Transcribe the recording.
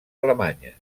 alemanyes